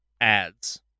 ads